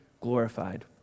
glorified